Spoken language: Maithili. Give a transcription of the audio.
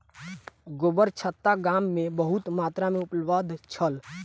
गोबरछत्ता गाम में बहुत मात्रा में उपलब्ध छल